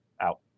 out